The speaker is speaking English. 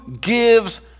gives